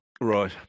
Right